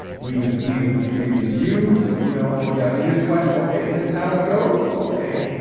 we was, we was, we was used. you know oh, y'all need us to watch? ok. this is how it goes? ok.